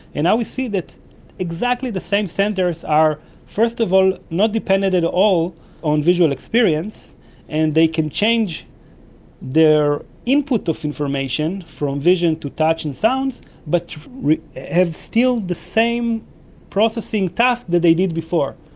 and now we see that exactly the same centres are first of all not dependent at all on visual experience and they can change their input of information from vision to touch and sounds but have still the same processing tasks that they did before.